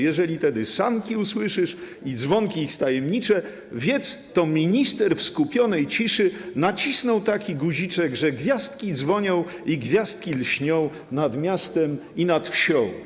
Jeżeli tedy sanki usłyszysz i dzwonki ich tajemnicze, wiedz: to minister w skupionej ciszy nacisnął taki guziczek, że gwiazdki dzwonią i gwiazdki lśnią nad miastem i nad wsią”